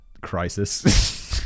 Crisis